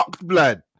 blood